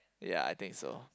ya I think so